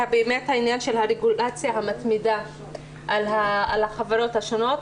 באמת העניין של הרגולציה המתמידה על החברות השונות,